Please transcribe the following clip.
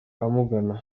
amugana